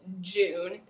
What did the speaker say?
June